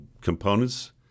components